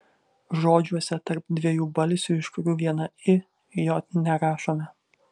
žodžiuose tarp dviejų balsių iš kurių viena i j nerašome